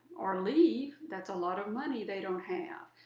or leave, that's a lot of money they don't have.